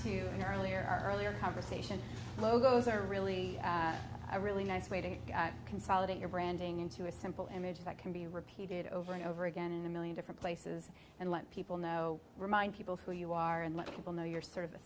our earlier conversation logos are are really really nice way to consolidate your branding into a simple image that can be repeated over and over again in a million different places and let people know remind people who you are and let people know you're sort of